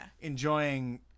Enjoying